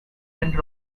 and